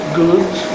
goods